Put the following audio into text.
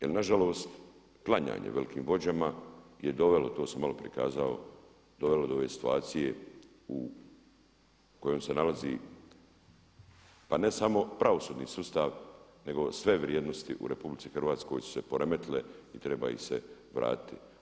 Jel nažalost klanjanje velikim vođama je dovelo, to sam maloprije kazao dovelo do ove situacije u kojoj se nalazi pa ne samo pravosudni sustav nego sve vrijednosti u RH su se poremetile i treba ih se vratiti.